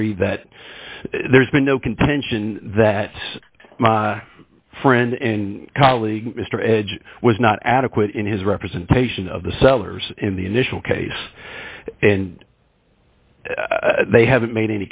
agree that there's been no contention that my friend and colleague mr edge was not adequate in his representation of the sellers in the initial case and they haven't made